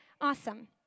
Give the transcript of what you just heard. awesome